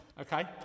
okay